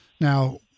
Now